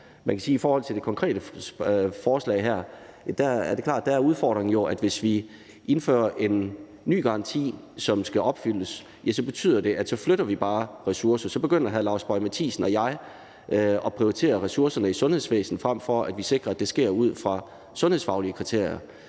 i forhold til det konkrete forslag her er det klart, at der er udfordringen jo, at hvis vi indfører en ny garanti, som skal opfyldes, betyder det, at så flytter vi bare ressourcer. Så begynder hr. Lars Boje Mathiesen og jeg at prioritere ressourcerne i sundhedsvæsenet, frem for at vi sikrer, at det sker ud fra sundhedsfaglige kriterier,